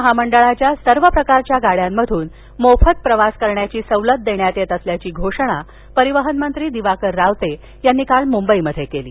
महामंडळाच्या सर्व प्रकारच्या गाड्यांमधून मोफत प्रवास करण्याची सवलत देण्यात येत असल्याची घोषणा परिवहनमंत्री दिवाकर रावते यांनी काल मुंबईत केली